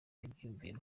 ibyiyumviro